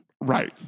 Right